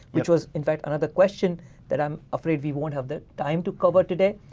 which was in fact another question that i'm afraid we won't have the time to cover today.